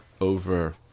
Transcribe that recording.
over